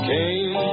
Came